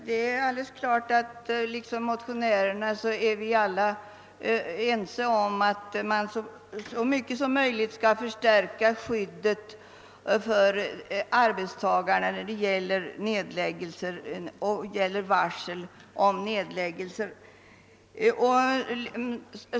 Herr talman! Vi är alla överens med motionärerna om att det är berättigat förstärka skyddet för arbetstagarna när det gäller nedläggningar och varsel om nedläggning.